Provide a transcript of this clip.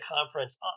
conference